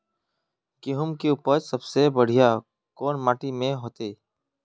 गेहूम के उपज सबसे बढ़िया कौन माटी में होते?